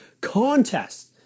Contest